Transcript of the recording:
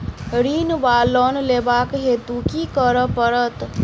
ऋण वा लोन लेबाक हेतु की करऽ पड़त?